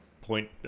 point